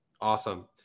Awesome